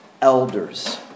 elders